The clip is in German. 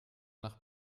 nach